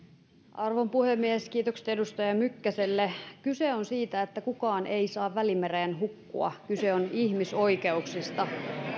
arvon puhemies kiitokset edustaja mykkäselle kyse on siitä että kukaan ei saa välimereen hukkua kyse on ihmisoikeuksista voin esittää teille sitten kysymyksen että